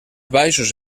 baixos